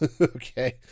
okay